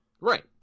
Right